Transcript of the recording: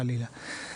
חלילה,